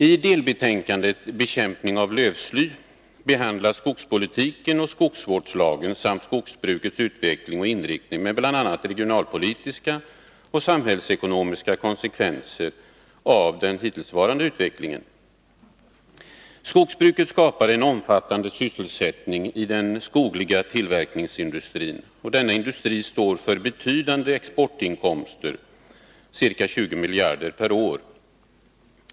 I delbetänkandet Bekämpning av lövsly behandlas skogspolitiken, skogsvårdslagen, skogsbrukets utveckling och inriktning samt bl.a. regionalpolitiska och samhällsekonomiska konsekvenser av den hittillsvarande utvecklingen. Skogsbruket skapar en omfattande sysselsättning i den skogliga tillverkningsindustrin. Denna industri står för betydande exportinkomster, ca 20 miljarder kronor per år.